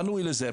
בנוי לזה.